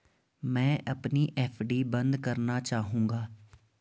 मैं अपनी एफ.डी बंद करना चाहूंगा